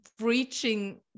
reaching